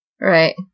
Right